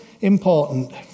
important